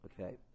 Okay